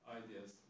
ideas